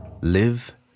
live